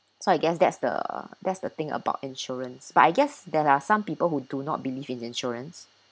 so I guess that's the uh that's the thing about insurance but I guess there are some people who do not believe in insurance